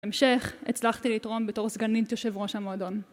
בהמשך, הצלחתי לתרום בתור סגנית יושב ראש המועדון.